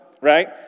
right